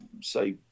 say